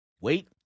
Wait